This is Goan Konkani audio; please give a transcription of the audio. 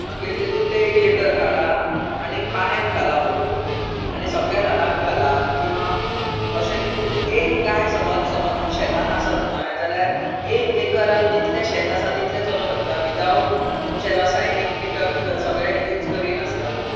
मागीर तेतूंतलें एक लिटर काडात आनी पाण्यांत घाला भरपूर आनी सगळ्या झाडांक घाला किंवां अशें खूब एक गाय समज समज शेतांत आसत न्हय जाल्यार एक एकरांत जितलें शेत आसा तितले चलोंक शकता विथआउट तुमचें रसायनीक किटक सगळे यूज करी नासतना